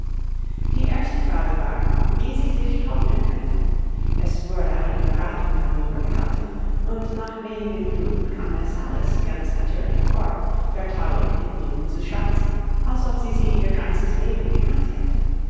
die erste frage war wie sie sich trocknen könnten es wurde eine berathung darüber gehalten und nach wenigen minuten kam es alice ganz natürlich vor vertraulich mit ihnen zu schwatzen als ob sie sie ihr ganzes leben gekannt hätte